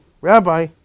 rabbi